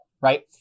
right